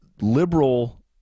liberal